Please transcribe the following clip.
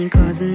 Cause